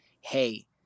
hey